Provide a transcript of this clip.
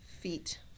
Feet